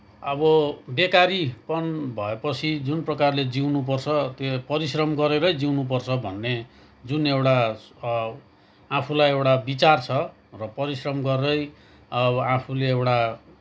अब बेकारीपन भएपछि जुन प्रकारले जिउनुपर्छ त्यो परिश्रम गरेरै जिउनुपर्छ भन्ने जुन एउटा आफूलाई एउटा विचार छ र परिश्रम गरेरै अब आफूले एउटा